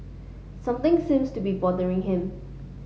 something seems to be bothering him